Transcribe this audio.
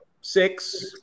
six